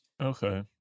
Okay